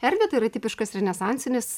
erdvę tai yra tipiškas renesansinis